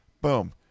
Boom